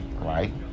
Right